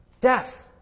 deaf